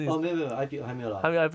orh 没有没有 I_P_O 还没有啦